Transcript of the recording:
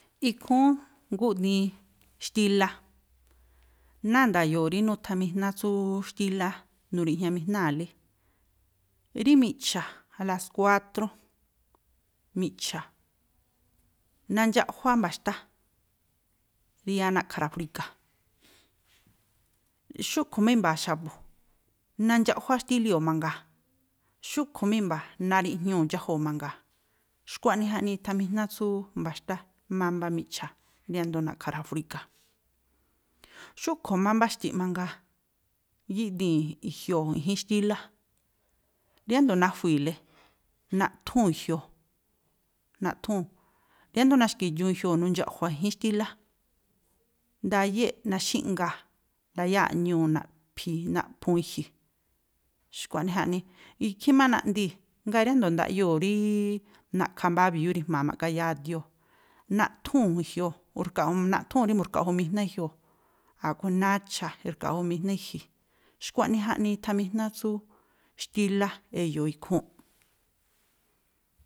Ikhúún gúꞌdiin xtílá. Náa̱ nda̱yo̱o̱ rí nuthamijná tsú xtíla, nuri̱ꞌjñamijnáa̱lí. Rí miꞌcha̱, a las cuátrú miꞌcha̱ nandxaꞌjuá mba̱xtá rí yáá na̱ꞌkha̱ rajwriga̱. Xúꞌkhui̱ má i̱mba̱a̱ xa̱bu̱, nandxaꞌjuá xtíloo̱ mangaa̱, xúꞌkhui̱ má i̱mba̱a̱, nariꞌjñuu̱ dxájuu̱ mangaa̱. Xkua̱ꞌnii jaꞌnii ithamijná tsú mba̱xtá mámbá miꞌcha̱ ríándo̱o na̱ꞌkha̱ rajwriga̱. Xúꞌkhui̱ má mbáxti̱ꞌ mangaa, gíꞌdii̱n i̱jioo̱, i̱jín xtílá, riándo̱ najui̱i̱le, naꞌthúu̱n i̱jioo̱, naꞌthúu̱n, riándo̱ naxki̱dxu̱un i̱jioo̱, nundxa̱ꞌjua̱ i̱jín xtílá, ndayéꞌ, naxíꞌngaa̱, ndayáa̱ꞌ ñuu̱ naꞌphi̱i naꞌphu̱un i̱ji̱n. Xkua̱ꞌnii jaꞌnii, ikhí má naꞌndii̱, ngáa̱ ríndo̱o ndaꞌyoo̱ rííí na̱ꞌkha̱ mbáá bi̱yú ri̱jma̱a ma̱ꞌgayáá a̱dióo̱, naꞌthúu̱n i̱jioo̱, u̱rkaꞌ, naꞌthúu̱n rí mu̱rka̱ꞌjumijná i̱jioo̱, a̱ꞌkhui̱ nacha̱ i̱rkaꞌjumijná i̱ji̱n. Xkua̱ꞌnii jaꞌnii ithamijná tsú xtílá e̱yo̱o̱ ikhúúnꞌ.